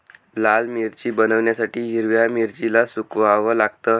लाल मिरची बनवण्यासाठी हिरव्या मिरचीला सुकवाव लागतं